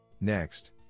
Next